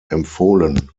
empfohlen